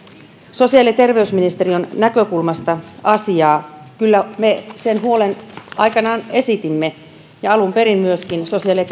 sosiaali ja terveysministeriön näkökulmasta asiaa kyllä me sen huolen aikanaan esitimme ja alun perin myöskin sosiaali ja